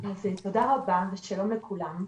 תודה רבה ושלום לכולם.